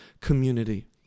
community